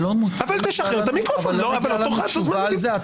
לא תיתן לנו תשובה על זה?